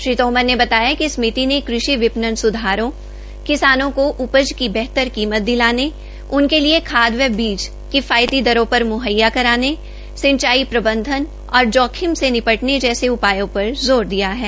श्री तोमर ने बताया कि समिति ने कृषि विपणन सुधारों किसानों को उपज की बेहतर कीमत दिलाने उनके लिये खाद व बीज किफायती दरों पर मुहैया कराने सिंचाई प्रबधन और जोखिम से निपटने जैसे उपायों पर ज़ोर दिया है